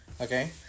Okay